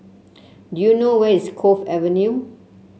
do you know where is Cove Avenue